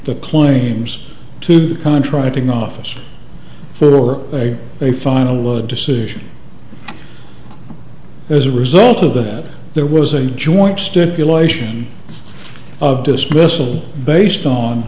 the claims to the contracting office for or a final decision as a result of that there was a joint stipulation of dismissal based on